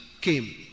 came